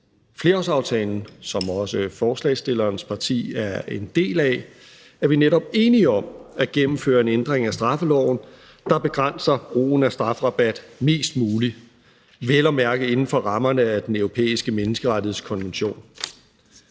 flerårsaftalen, som også forslagsstillernes parti er en del af, er vi netop enige om at gennemføre en ændring af straffeloven, der begrænser brugen af strafrabat mest muligt, vel at mærke inden for rammerne af Den Europæiske Menneskerettighedskonvention.